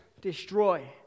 destroy